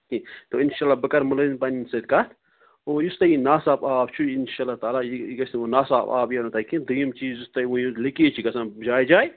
کیٚنٛہہ تہٕ اِنشاء اللہ بہٕ کَرٕ مٕلٲزمَن پنٛنٮ۪ن سۭتۍ کَتھ اور یُس تۄہہِ نا صاف آب چھُو اِنشاء اللہُ تعلیٰ یہِ یہِ گَژھِ نہٕ وۄنۍ نا صاف آب یِیو نہٕ تۄہہِ کیٚنٛہہ دٔیِم چیٖز یُس تۄہہِ ؤنِو لیٖکیج چھِ گَژھان جایہِ جایہِ